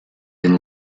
and